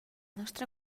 nostre